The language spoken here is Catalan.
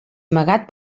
amagat